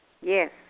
Yes